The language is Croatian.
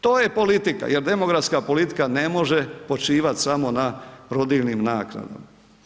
To je politika jer demografska politika ne može počivat samo na rodiljnim naknadama.